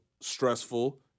stressful